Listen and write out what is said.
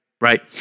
right